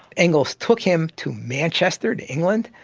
engels took him to manchester, to england,